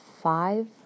five